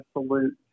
absolute